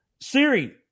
Siri